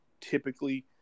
typically